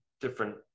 different